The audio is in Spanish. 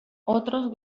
otros